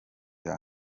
bya